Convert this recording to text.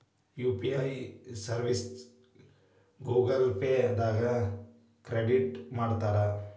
UPI ಸರ್ವಿಸ್ನ Google pay ದಾಗ create ಮಾಡ್ತಾರಾ